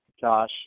Josh